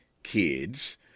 kids